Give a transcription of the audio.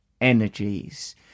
energies